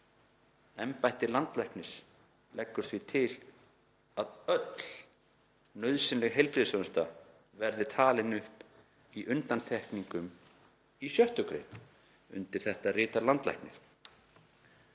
Embætti landlæknis leggur því til að öll nauðsynleg heilbrigðisþjónusta verði talin upp í undantekningum í 6. gr.“ Undir þetta ritar landlæknir.